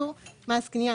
פטורמס קנייה